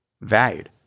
valued